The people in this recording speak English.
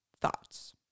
thoughts